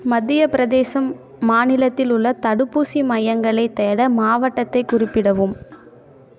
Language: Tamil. மத்திய பிரதேசம் மாநிலத்தில் உள்ள தடுப்பூசி மையங்களைத் தேட மாவட்டத்தைக் குறிப்பிடவும்